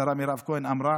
השרה מירב כהן אמרה